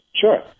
Sure